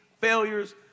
failures